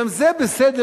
גם זה בסדר,